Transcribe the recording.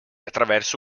attraverso